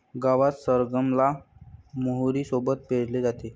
गावात सरगम ला मोहरी सोबत पेरले जाते